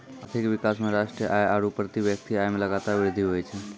आर्थिक विकास मे राष्ट्रीय आय आरू प्रति व्यक्ति आय मे लगातार वृद्धि हुवै छै